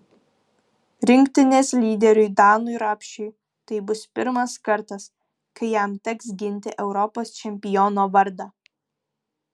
rinktinės lyderiui danui rapšiui tai bus pirmas kartas kai jam teks ginti europos čempiono vardą